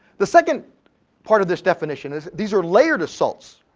the second part of this definition is, these are layered assaults.